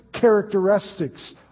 characteristics